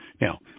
Now